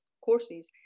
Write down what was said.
courses